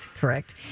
correct